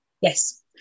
yes